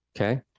okay